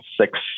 six